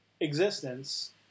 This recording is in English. existence